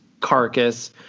carcass